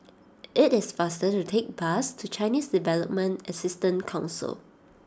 it is faster to take the bus to Chinese Development Assistance Council